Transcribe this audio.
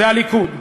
זה הליכוד.